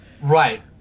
Right